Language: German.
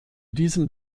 diesem